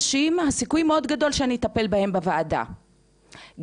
הסיכוי שאני אטפל באותם אנשים בוועדה הוא מאוד גדול,